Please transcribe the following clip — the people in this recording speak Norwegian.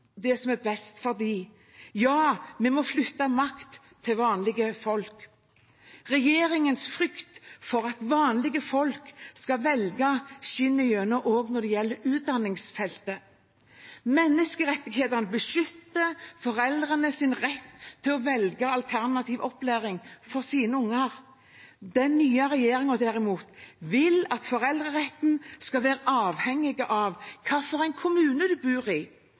Ja, vi må flytte makt til vanlige folk. Regjeringens frykt for at vanlige folk skal velge, skinner også gjennom når det gjelder utdanningsfeltet. Menneskerettighetene beskytter foreldrenes rett til å velge alternativ opplæring for sine unger. Den nye regjeringen vil derimot at foreldreretten skal være avhengig av hvilken kommune man bor i.